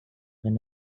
when